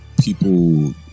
People